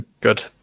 Good